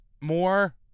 more